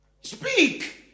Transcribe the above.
Speak